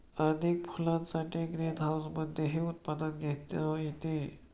अधिक फुलांसाठी ग्रीनहाऊसमधेही उत्पादन घेता येते